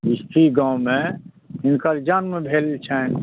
बिस्फी गाँव मे हिनकर जन्म भेल छनि